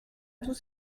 tout